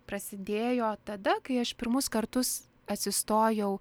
prasidėjo tada kai aš pirmus kartus atsistojau